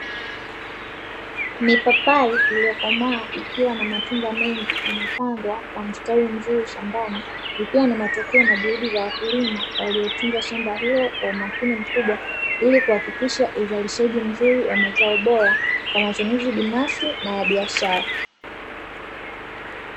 Mipapai iliyokomaa ikiwa na matunda mengi yamepandwa kwa mstari mzuri shambani, ikiwa ni matokeo na juhudi za wakulima waliotunza shamba hilo kwa umakini mkubwa, ili kuhakikisha uzalishaji mzuri wa mazao bora, kwa matumizi binafsi na ya biashara.